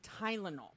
Tylenol